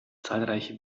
zahlreiche